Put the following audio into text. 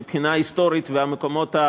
מבחינה היסטורית והמקומות,